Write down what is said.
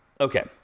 okay